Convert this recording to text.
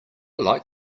like